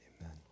Amen